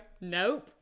nope